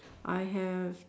I have